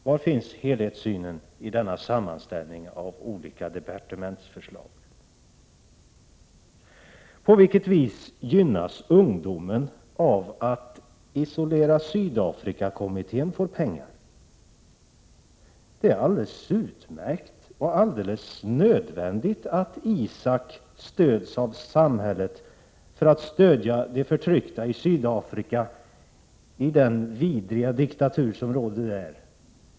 Var finns helhetssynen i denna sammanställning av olika departementsförslag? På vilket vis gynnas ungdomen av att Isolera Sydafrika-kommittén får pengar? Det är utmärkt och helt nödvändigt att ISAK stöds av samhället för att hjälpa de förtryckta i den vidriga diktatur som råder i Sydafrika.